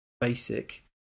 basic